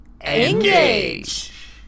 Engage